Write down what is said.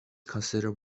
considered